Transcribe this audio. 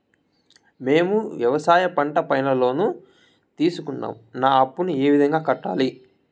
మేము వ్యవసాయ పంట పైన లోను తీసుకున్నాం నా అప్పును ఏ విధంగా కట్టాలి